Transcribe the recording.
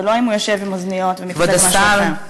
ולא אם הוא יושב עם אוזניות ומקשיב למשהו אחר.